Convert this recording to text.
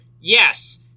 yes